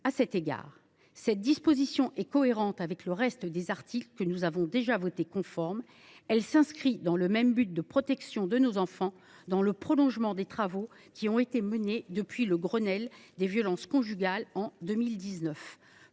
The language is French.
judiciaire. Cette disposition est cohérente avec le reste des articles que nous avons déjà votés conformes. Elle s’inscrit dans la même ambition de protection de nos enfants, dans le prolongement des travaux qui ont été menés depuis le Grenelle des violences conjugales en 2019.